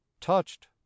touched